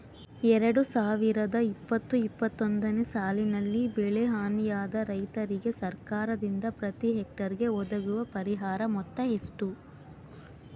ಎರಡು ಸಾವಿರದ ಇಪ್ಪತ್ತು ಇಪ್ಪತ್ತೊಂದನೆ ಸಾಲಿನಲ್ಲಿ ಬೆಳೆ ಹಾನಿಯಾದ ರೈತರಿಗೆ ಸರ್ಕಾರದಿಂದ ಪ್ರತಿ ಹೆಕ್ಟರ್ ಗೆ ಒದಗುವ ಪರಿಹಾರ ಮೊತ್ತ ಎಷ್ಟು?